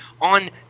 on